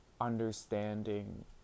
understanding